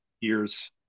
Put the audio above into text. years